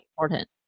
important